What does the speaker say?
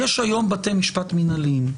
יש היום בתי משפט מינהליים.